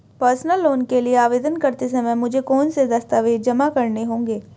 Personal loan के लिए आवेदन करते समय मुझे कौन से दस्तावेज़ जमा करने होंगे?